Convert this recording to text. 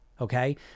okay